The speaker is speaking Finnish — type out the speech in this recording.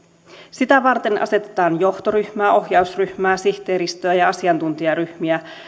sitä varten asetetaan johtoryhmää ohjausryhmää sihteeristöä ja asiantuntijaryhmiä